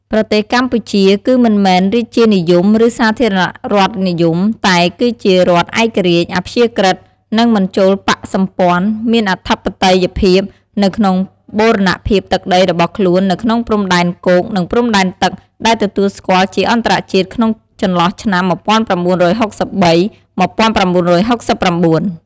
ប្រទេសកម្ពុជា គឺមិនមែនរាជានិយម ឬសាធារណរដ្ឋនិយម តែគឺជារដ្ឋឯករាជ្យ អព្យាក្រឹត និងមិនចូលបក្សសម្ព័ន្ធ មានអធិបតេយ្យភាពនៅក្នុងបូរណភាពទឹកដីរបស់ខ្លួននៅក្នុងព្រំដែនគោក និងព្រំដែនទឹក ដែលទទួលស្គាល់ជាអន្តរជាតិក្នុងចន្លោះឆ្នាំ១៩៦៣-១៩៦៩។